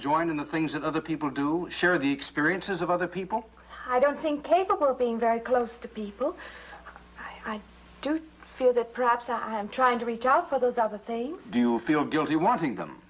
join in the things that other people do share the experiences of other people i don't think capable of being very close to people i don't feel that perhaps i'm trying to reach out for those other things do you feel guilty wanting them